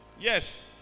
Yes